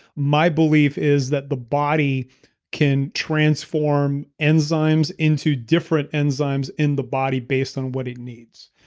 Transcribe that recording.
my belief is that the body can transform enzymes into different enzymes in the body based on what it needs.